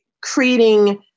creating